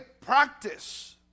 practice